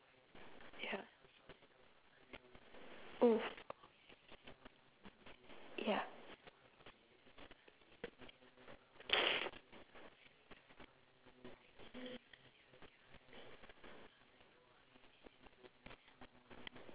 oh yup